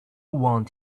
want